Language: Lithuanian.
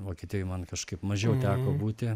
vokietijoj man kažkaip mažiau teko būti